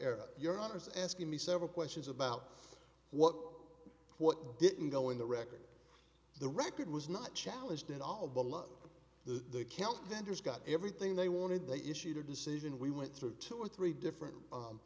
error your honour's asking me several questions about what what didn't go in the record the record was not challenged at all below the calc danders got everything they wanted they issued a decision we went through two or three different